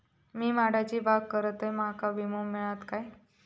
मी माडाची बाग करतंय माका विमो मिळात काय?